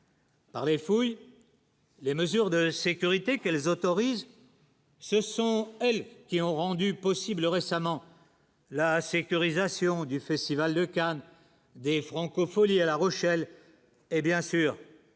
Par les fouilles, les mesures de sécurité qu'elles autorisent. Ce sont elles qui ont rendu possible récemment. La sécurisation du festival de Cannes des FrancoFolies à La Rochelle, et bien sûr